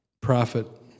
prophet